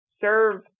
serve